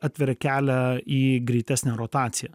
atveria kelią į greitesnę rotaciją